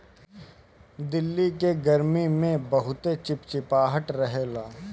दिल्ली के गरमी में बहुते चिपचिपाहट रहेला